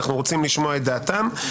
אנחנו רוצים לשמוע את דעתם.